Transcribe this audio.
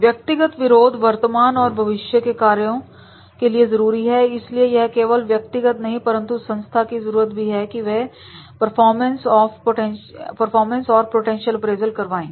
व्यक्तिगत विरोध वर्तमान और भविष्य के कार्यों के लिए जरूरी है इसलिए यह केवल व्यक्तिगत नहीं परंतु संस्थान की जरूरत भी है कि वे परफॉर्मेंस ऑफ पोटेंशियल अप्रेजल करवाएं